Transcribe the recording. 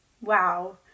Wow